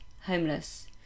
homeless